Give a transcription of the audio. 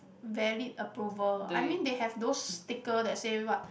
valid approval I mean they have those stickers that say what